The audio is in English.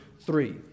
three